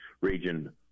region